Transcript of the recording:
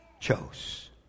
Chose